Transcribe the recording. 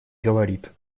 говорит